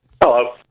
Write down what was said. Hello